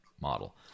model